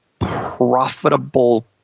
profitable